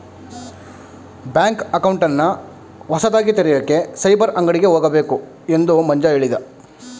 bank ಅಕೌಂಟನ್ನ ಹೊಸದಾಗಿ ತೆಗೆಯೋಕೆ ಸೈಬರ್ ಅಂಗಡಿಗೆ ಹೋಗಬೇಕು ಎಂದು ಮಂಜ ಕೇಳಿದ